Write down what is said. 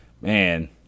man